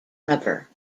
rubber